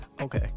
Okay